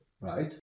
Right